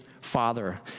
Father